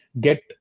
get